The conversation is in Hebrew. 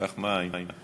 קח מים.